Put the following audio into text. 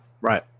right